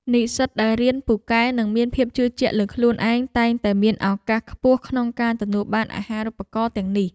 និស្សិតដែលរៀនពូកែនិងមានភាពជឿជាក់លើខ្លួនឯងតែងតែមានឱកាសខ្ពស់ក្នុងការទទួលបានអាហារូបករណ៍ទាំងនេះ។